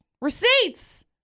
Receipts